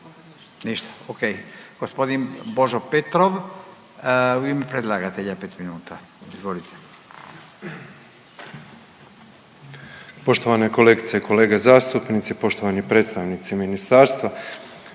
Ništa? Okej. G. Božo Petrov, u ime predlagatelja, 5 minuta. Izvolite. **Petrov, Božo (MOST)** Poštovane kolegice i kolege zastupnici, poštovani predstavnici ministarstva.